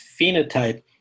phenotype